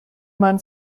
man